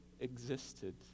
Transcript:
existed